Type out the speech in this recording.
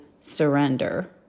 surrender